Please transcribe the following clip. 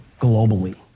globally